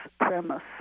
premise